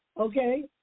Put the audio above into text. Okay